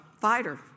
fighter